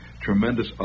tremendous